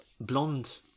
blonde